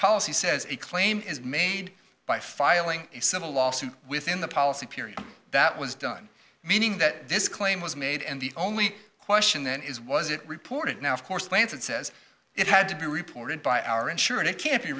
policy says a claim is made by filing a civil lawsuit within the policy period that was done meaning that this claim was made and the only question then is was it reported now of course lance and says it had to be reported by our ensure it can't be